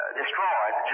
destroyed